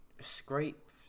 scrape